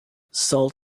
sold